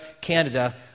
Canada